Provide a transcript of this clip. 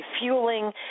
fueling